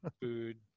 food